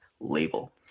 label